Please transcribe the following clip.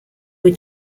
were